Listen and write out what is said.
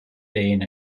being